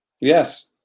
Yes